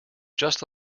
just